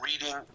reading